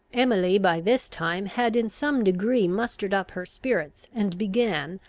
emily by this time had in some degree mustered up her spirits, and began,